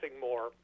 more